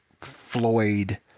floyd